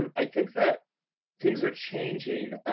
and i think that things are changing.